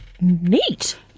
Neat